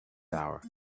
power